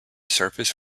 surface